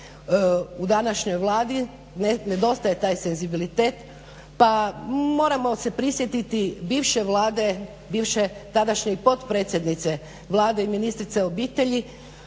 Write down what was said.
u današnjoj Vladi nedostaje taj senzibilitet pa moramo se prisjetiti bivše Vlade, bivše tadašnje i potpredsjednice Vlade i ministrice obitelji,